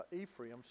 Ephraim